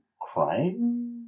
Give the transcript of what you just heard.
crime